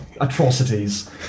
atrocities